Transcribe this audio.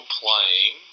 playing